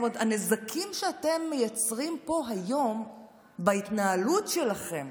הנזקים שאתם מייצרים פה היום בהתנהלות שלכם,